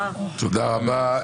תודה רבה.